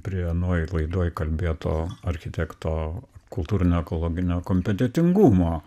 prie anoj laidoj kalbėto architekto kultūrinio ekologinio kompetentingumo